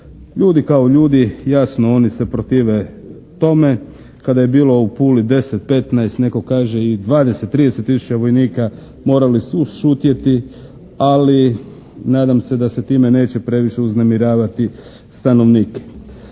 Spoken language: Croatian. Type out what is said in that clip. Ljudi kao ljudi jasno oni se protive tome, kada je bilo u Puli 10, 15, netko kaže i 20, 30 tisuća vojnika morali su šutjeti ali nadam se da se time neće previše uznemiravati stanovnike